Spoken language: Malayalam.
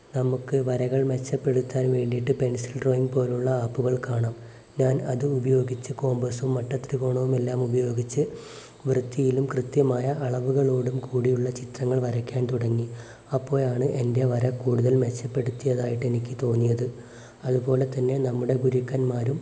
നമുക്ക് വരകൾ മെച്ചപ്പെടുത്താൻ വേണ്ടിയിട്ട് പെൻസിൽ ഡ്രോയിംഗ് പോലുള്ള ആപ്പുകൾ കാണാം ഞാൻ അത് ഉപയോഗിച്ച് കോമ്പസും മട്ട ത്രികോണവുമെല്ലാം ഉപയോഗിച്ച് വൃത്തിയിലും കൃത്യമായ അളവുകളോടും കൂടിയുള്ള ചിത്രം വരയ്ക്കാൻ തുടങ്ങി അപ്പോഴാണ് എൻ്റെ വര മെച്ചപ്പെടുത്തിയതായിട്ട് എനിക്ക് തോന്നിയത് അതുപോലെ തന്നെ നമ്മുടെ ഗുരുക്കന്മാരും